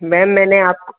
ma'am मैंने आप